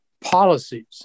policies